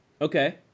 Okay